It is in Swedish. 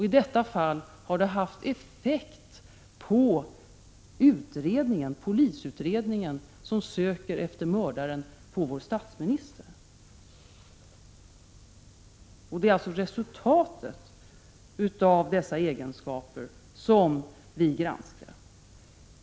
I detta fall har det haft effekt på den polisutredning som söker efter vår statsministers mördare. Det är alltså resultatet av dessa egenskaper som vi granskar.